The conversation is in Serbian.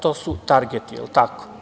To su targeti, jel tako?